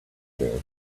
there